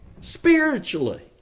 spiritually